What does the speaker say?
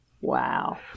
Wow